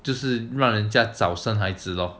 就是让人家早生孩子 loh